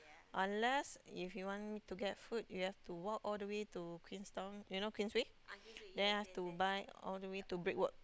unless if you want to get food you have to walk all the way to Queenstown you know Queensway then have to buy all the way to Brickwork